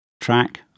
Track